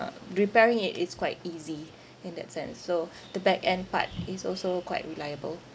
repairing it is quite easy in that sense so the backend part is also quite reliable